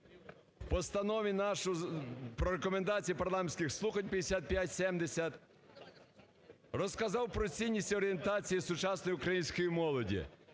Постанові про Рекомендації парламентських слухань (5570) розказав про цінність орієнтації сучасної української молоді.